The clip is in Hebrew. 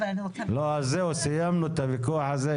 אבל אני רוצה -- סיימנו את הוויכוח הזה.